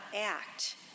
act